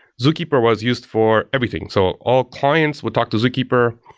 zookeeper was used for everything. so all clients would talk to zookeeper,